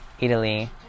Italy